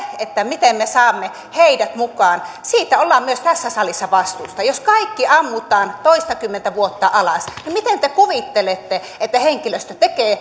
miten me saamme heidät mukaan ollaan myös tässä salissa vastuussa jos kaikki ammutaan toistakymmentä vuotta alas niin miten te kuvittelette että henkilöstö